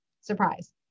surprise